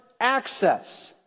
access